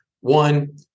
One